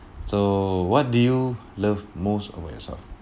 so what do you love most about yourself